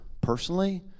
personally